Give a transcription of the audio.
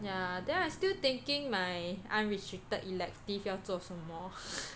ya then I still thinking my unrestricted elective 要做什么